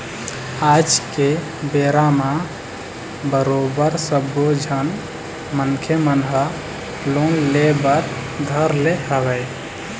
आज के बेरा म बरोबर सब्बो झन मनखे मन ह लोन ले बर धर ले हवय